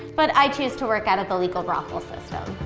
but i choose to work out of the legal brothel system.